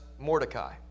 Mordecai